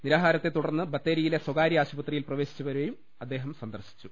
നിരാഹാരത്തെ തുടർന്ന് ബത്തേരിയിലെ സ്വകാര്യ ആശുപത്രിയിൽ പ്രവേശിപ്പിച്ചവരെയും അദ്ദേഹം സന്ദർശിച്ചു